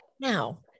now